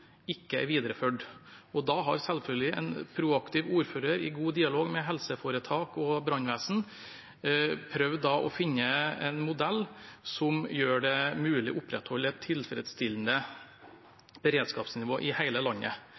ikke er videreført. Da har selvfølgelig en proaktiv ordfører i god dialog med helseforetak og brannvesen prøvd å finne en modell som gjør det mulig å opprettholde et tilfredsstillende beredskapsnivå. I